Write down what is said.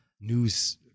news